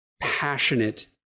passionate